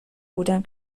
بودم